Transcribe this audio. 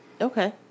Okay